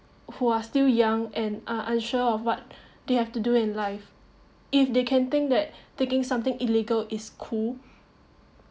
who are still young and are unsure of what they have to do in life if they can think that thinking something illegal is cool